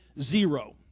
zero